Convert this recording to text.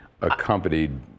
accompanied